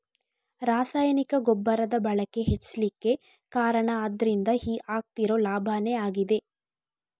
ರಾಸಾಯನಿಕ ಗೊಬ್ಬರದ ಬಳಕೆ ಹೆಚ್ಲಿಕ್ಕೆ ಕಾರಣ ಅದ್ರಿಂದ ಆಗ್ತಿರೋ ಲಾಭಾನೇ ಆಗಿದೆ